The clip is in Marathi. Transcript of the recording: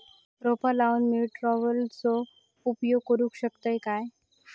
रोपा लाऊक मी ट्रावेलचो उपयोग करू शकतय काय?